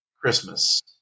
Christmas